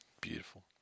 Beautiful